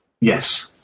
Yes